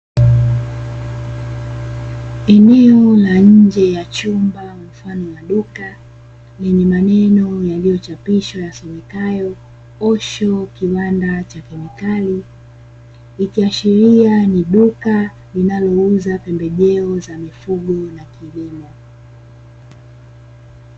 Eneo la nje ya chumba mfano wa duka lenye maneno yaliyochapishwa yasomekayo "Osho kiwanda cha kemikali", ikiashiria ni duka linalouza pembejeo za mifugo na kilimo.